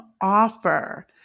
offer